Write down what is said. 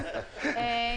אני